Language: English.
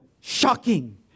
shocking